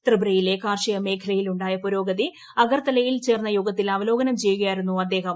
ത്രിപുരയിലെ കാർഷികമേഖലയിലുണ്ടായ പുരോഗതി അഗത്തലയിൽ ചേർന്ന യോഗത്തിൽ അവലോകനം ചെയ്യുകയായിരുന്നു അദ്ദേഹം